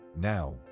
Now